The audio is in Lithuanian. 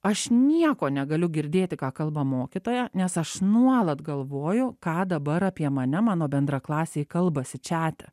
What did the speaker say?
aš nieko negaliu girdėti ką kalba mokytoja nes aš nuolat galvoju ką dabar apie mane mano bendraklasiai kalbasi čiate